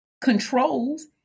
controls